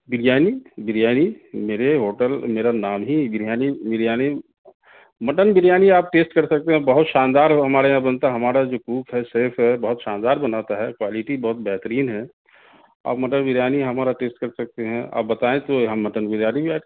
بریانی بریانی میرے ہوٹل میرا نام ہی بریانی بریانی مٹن بریانی آپ ٹیسٹ کر سکتے ہیں بہت شاندار ہمارے یہاں بنتا ہے ہمارا جو کوک ہے شیف ہے بہت شاندار بناتا ہے کوالٹی بہت بہترین ہے اور مٹن بریانی ہمارا ٹیسٹ کر سکتے ہیں آپ بتائیں تو ہم مٹن بریانی